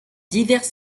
divers